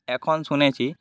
এখন শুনেছি